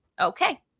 okay